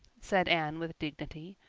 said anne with dignity,